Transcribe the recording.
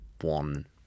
one